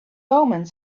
omens